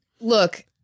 Look